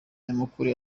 nyamukuru